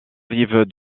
rive